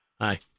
Hi